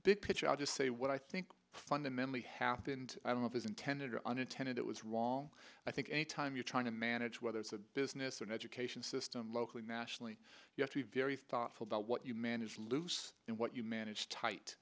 big picture i'll just say what i think fundamentally happened i don't think intended or unintended it was wrong i think any time you're trying to manage whether it's a business or an education system locally nationally you have to be very thoughtful about what you man is loose and what you manage tight